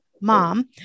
mom